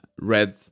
red